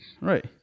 Right